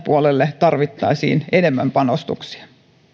puolelle tarvittaisiin enemmän panostuksia